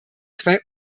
zwei